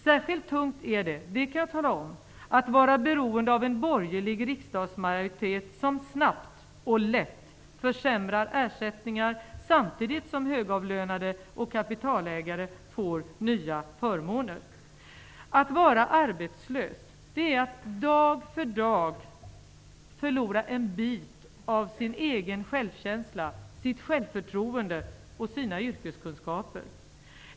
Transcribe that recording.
Särskilt tungt är det -- det kan jag säga -- att vara beroende av en borgerlig riksdagsmajoritet som snabbt och lätt försämrar ersättningar, samtidigt som högavlönade och kapitalägare får nya förmåner. Att vara arbetslös är att dag för dag förlora en bit av sin självkänsla, sitt självförtroende och sina yrkeskunskaper.